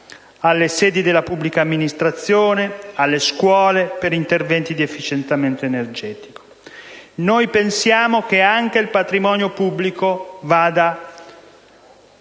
alle sedi della pubblica amministrazione, alle scuole, per interventi di efficientamento energetico. Noi pensiamo che anche il patrimonio pubblico vada